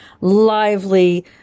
lively